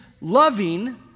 loving